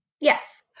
Yes